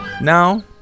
Now